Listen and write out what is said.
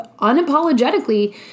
unapologetically